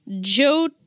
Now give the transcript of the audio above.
Joe